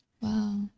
Wow